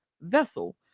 vessel